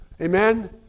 amen